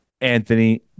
Anthony